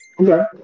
Okay